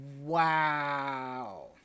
wow